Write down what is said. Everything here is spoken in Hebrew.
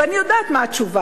ואני יודעת מה התשובה.